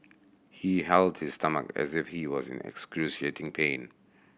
he held his stomach as if he was in excruciating pain